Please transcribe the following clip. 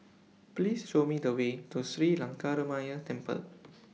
Please Show Me The Way to Sri Lankaramaya Temple